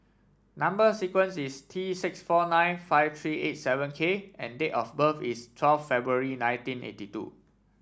number sequence is T six four nine five three eight seven K and date of birth is twelve February nineteen eighty two